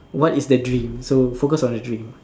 what is the dream so focus on the dream